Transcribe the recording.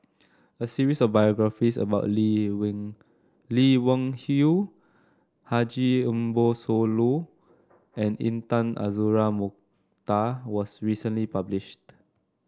a series of biographies about Lee Lee Wung Yew Haji Ambo Sooloh and Intan Azura Mokhtar was recently published